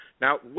Now